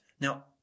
now